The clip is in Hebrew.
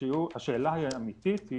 השאלה האמיתית היא